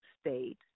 state